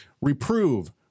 reprove